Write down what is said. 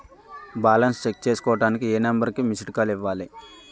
Balance check చేసుకోవటానికి ఏ number కి మిస్డ్ కాల్ ఇవ్వాలి?